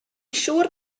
siŵr